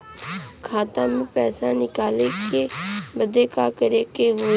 खाता से पैसा निकाले बदे का करे के होई?